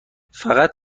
فقط